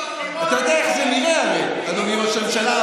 אתה יודע איך זה נראה, הרי, אדוני ראש הממשלה.